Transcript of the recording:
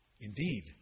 Indeed